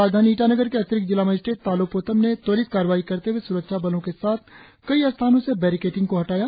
राजधानी ईटानगर के अतिरिक्त जिला मजिस्ट्रेट तालो पोतम ने त्वरित कार्रवाई करते हए स्रक्षा बलों के साथ कई स्थानों से बैरिकेटिंग को हटाया